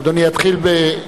אדוני יתחיל.